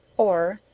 or,